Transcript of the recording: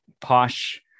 posh